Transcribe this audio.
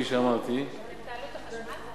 כמו שאמרתי תעלו את החשמל?